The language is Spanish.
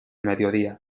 mediodía